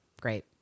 Great